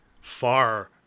far